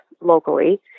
locally